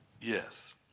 Yes